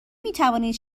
میتوانید